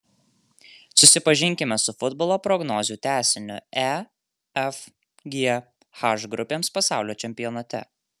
susipažinkime su futbolo prognozių tęsiniu e f g h grupėms pasaulio čempionate